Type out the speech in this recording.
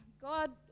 God